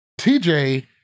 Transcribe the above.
TJ